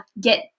get